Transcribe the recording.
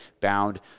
bound